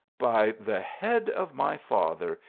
by the head of my father!